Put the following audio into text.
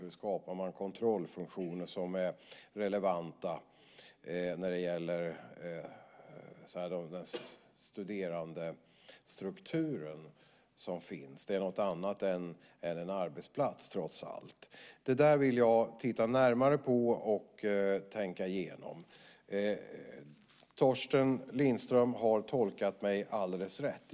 Hur skapar man kontrollfunktioner som är relevanta när det gäller den studerandestruktur som finns? Det är något annat än en arbetsplats, trots allt. Det där vill jag titta närmare på och tänka igenom. Torsten Lindström har tolkat mig alldeles rätt.